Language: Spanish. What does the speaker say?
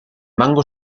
mango